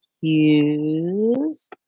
use